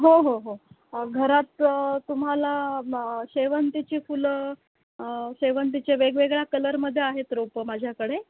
हो हो हो घरात तुम्हाला म शेवंतीची फुलं शेवंतीच्या वेगवेगळ्या कलरमध्ये आहेत रोपं माझ्याकडे